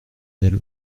elle